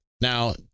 Now